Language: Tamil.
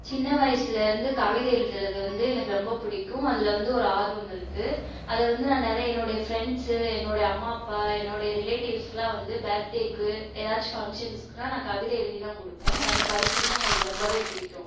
சின்ன வயசில் இருந்து கவிதை எழுதுகிறது வந்து எனக்கு ரொம்ப பிடிக்கும் அதில் வந்து ஒரு ஆர்வம் இருக்குது அதை வந்து நான் நிறைய என்னோடய ஃப்ரெண்ட்ஸ்ஸு என்னோடய அம்மா அப்பா என்னோடய ரிலேட்டிவ்ஸ்க்குலாம் வந்து பேர்த் டேவுக்கு ஏதாச்சும் ஃபங்ஷன்ஸ்க்குனால் நான் கவிதை எழுதி தான் கொடுப்பேன் அந்த பரிசு வந்து அவங்களுக்கு ரொம்பவே பிடிக்கும்